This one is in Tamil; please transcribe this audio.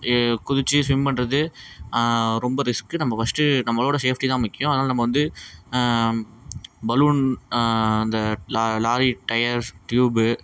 ஏ குதிச்சு ஸ்விம் பண்ணுறது ரொம்ப ரிஸ்க்கு நம்ப ஃபர்ஸ்ட்டு நம்மளோடய சேஃப்டி தான் முக்கியம் அதனால் நம்ம வந்து பலூன் அந்த லா லாரி டயர்ஸ் டியூபு